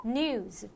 news